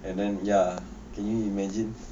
and then ya can you imagine